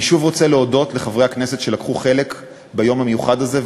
אני שוב רוצה להודות לחברי הכנסת שלקחו חלק ביום המיוחד הזה,